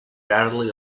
rarely